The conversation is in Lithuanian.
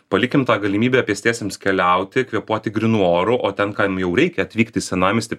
palikim tą galimybę pėstiesiems keliauti kvėpuoti grynu oru o kam jau reikia atvykt į senamiestį